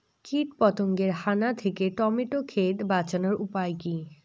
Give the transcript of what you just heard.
কীটপতঙ্গের হানা থেকে টমেটো ক্ষেত বাঁচানোর উপায় কি?